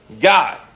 God